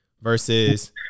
versus